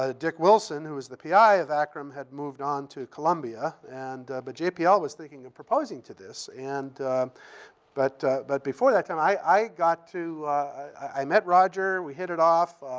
ah dick wilson, who was the pi of acrim, had moved on to columbia. and but jpl was thinking of proposing to this. and but but before that time, i got to i met roger. we hit it off.